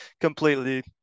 completely